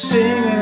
Sing